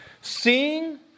seeing